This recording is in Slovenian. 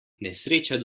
nesreča